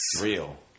real